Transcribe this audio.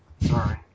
Sorry